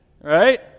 right